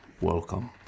welcome